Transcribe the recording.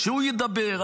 שהוא ידבר,